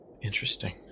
Interesting